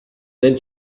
then